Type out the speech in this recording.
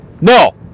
No